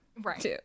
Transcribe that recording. Right